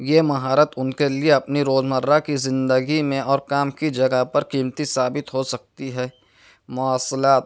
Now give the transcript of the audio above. یہ مہارت ان کے لئے اپنی روز مرہ کی زندگی میں اور کام کی جگہ پر قیمتی ثابت ہو سکتی ہے مواصلات